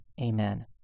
Amen